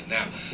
Now